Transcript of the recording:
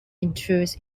intrudes